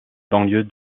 banlieue